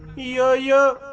yo yo.